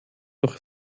doch